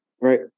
right